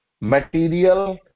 material